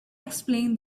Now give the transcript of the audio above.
explained